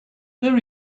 there